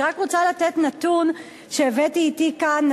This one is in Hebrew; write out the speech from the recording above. אני רק רוצה לתת נתון שהבאתי אתי כאן,